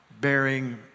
bearing